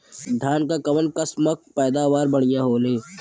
धान क कऊन कसमक पैदावार बढ़िया होले?